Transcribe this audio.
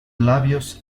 labios